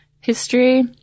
history